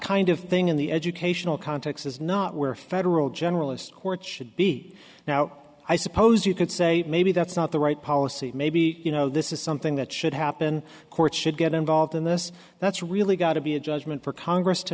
kind of thing in the educational context is not where federal generalist court should be now i suppose you could say maybe that's not the right policy maybe you know this is something that should happen courts should get involved in this that's really got to be a judgment for congress to